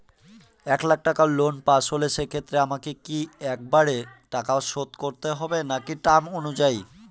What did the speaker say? এক লাখ টাকা loan pass হল সেক্ষেত্রে আমাকে কি একবারে টাকা শোধ করতে হবে নাকি টার্ম অনুযায়ী?